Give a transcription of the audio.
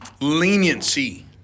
leniency